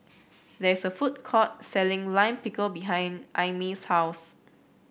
there is a food court selling Lime Pickle behind Aimee's house